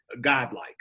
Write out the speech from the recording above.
godlike